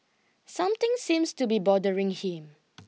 something seems to be bothering him